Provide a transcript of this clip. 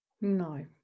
no